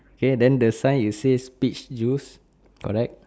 okay then the sign it says peach juice correct